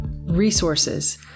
resources